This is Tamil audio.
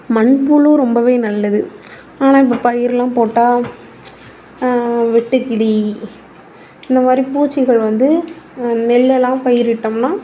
மண்புழு ரொம்பவே நல்லது ஆனால் இப்போ பயிரெலாம் போட்டால் வெட்டுக்கிளி இந்த மாதிரி பூச்சிகள் வந்து நெல்லெலாம் பயிரிட்டோம்னால்